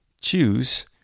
Choose